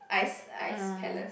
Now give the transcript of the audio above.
ice ice palace